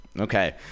Okay